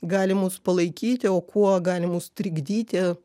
gali mus palaikyti o kuo gali mus trikdyti